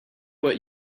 what